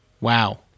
Wow